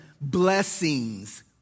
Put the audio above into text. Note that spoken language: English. blessings